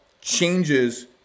changes